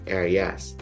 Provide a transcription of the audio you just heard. areas